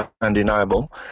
undeniable